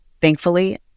thankfully